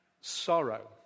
Sorrow